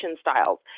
styles